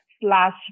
slash